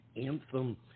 anthem